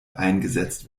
eingesetzt